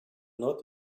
not